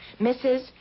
Mrs